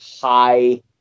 high